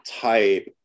type